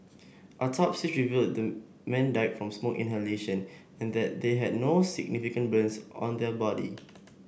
autopsies revealed the men died from smoke inhalation and that they had no significant burns on their body